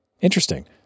Interesting